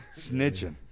snitching